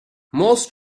most